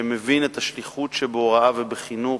שמבין את השליחות שבהוראה ובחינוך,